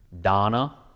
Donna